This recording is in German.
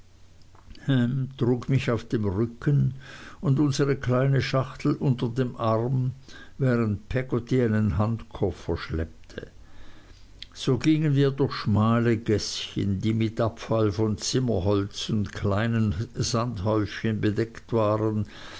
trug mich auf dem rücken und unsere kleine schachtel unter dem arm während peggotty einen handkoffer schleppte so gingen wir durch schmale gäßchen die mit abfall von zimmerholz und kleinen sandhäuschen bedeckt waren